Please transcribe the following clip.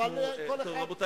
מכבד אותך